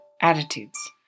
attitudes